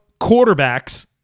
quarterbacks